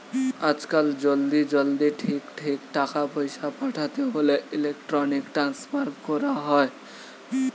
আজকাল জলদি জলদি ঠিক ঠিক টাকা পয়সা পাঠাতে হোলে ইলেক্ট্রনিক ট্রান্সফার কোরা হয়